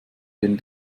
den